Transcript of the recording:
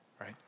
right